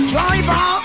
Driver